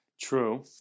True